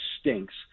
stinks